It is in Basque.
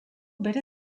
bere